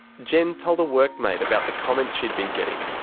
jen told a work mate about the comments she'd been getting.